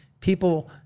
People